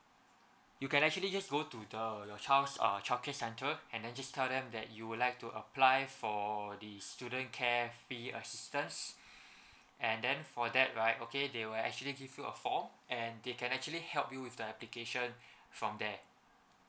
you can actually just go to the your child's uh childcare centre and then just tell them that you would like to apply for the student care fee assistance and then for that right okay they will actually give you a form and they can actually help you with the application from there